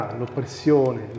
l'oppressione